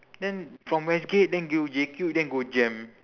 then from westgate then go J cube then go jem